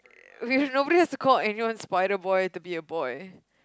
okay nobody has to call anyone spider boy to be a boy